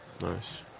Nice